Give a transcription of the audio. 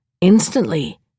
Instantly